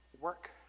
Work